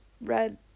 red